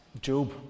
Job